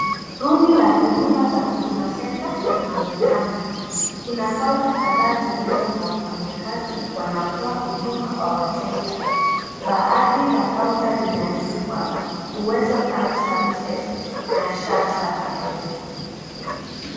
Rudi la huduma za huduma center linaonekana kuna counter kadhaa zilizo na wafanya kazi wanaotoa huduma kwa wateja baadhi ya counter zimeandikwa uwezo funds services na SHA services.